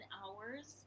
hours